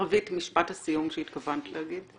רוית, משפט הסיום שהתכוונת להגיד.